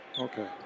okay